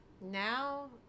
now